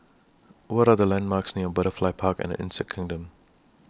What Are The landmarks near Butterfly Park and Insect Kingdom